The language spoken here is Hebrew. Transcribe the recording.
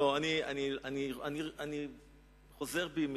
אני חוזר בי.